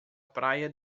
praia